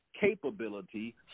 capability